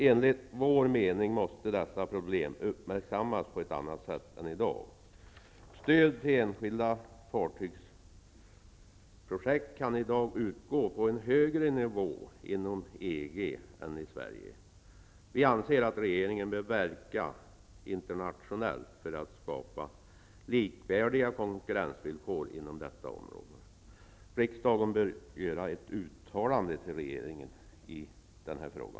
Enligt vår mening måste detta problem uppmärksammas på ett annat sätt än vad som är fallet i dag. Stöd till enskilda fartygsprojekt kan i dag utgå på en högre nivå inom EG än i Sverige. Vi anser att regeringen bör verka internationellt för att skapa likvärdiga konkurrensvillkor inom detta område. Riksdagen bör göra ett uttalande till regeingen i denna fråga.